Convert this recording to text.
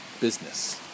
business